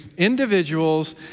individuals